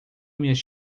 minhas